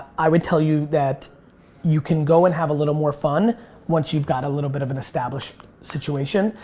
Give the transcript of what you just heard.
i would tell you that you can go and have a little more fun once you've got a little bit of an established situation.